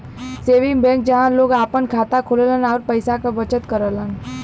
saving bank जहां लोग आपन खाता खोलन आउर पैसा क बचत करलन